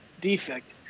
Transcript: defect